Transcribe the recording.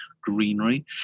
greenery